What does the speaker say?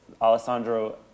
Alessandro